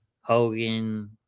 Hogan